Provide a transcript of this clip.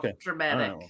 dramatic